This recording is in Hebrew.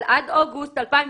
אבל עד אוגוסט 2017,